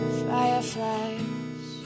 fireflies